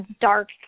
dark